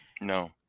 No